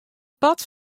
part